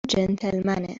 جنتلمنه